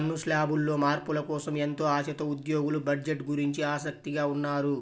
పన్ను శ్లాబుల్లో మార్పుల కోసం ఎంతో ఆశతో ఉద్యోగులు బడ్జెట్ గురించి ఆసక్తిగా ఉన్నారు